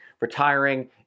retiring